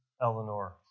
Eleanor